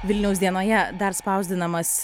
vilniaus dienoje dar spausdinamas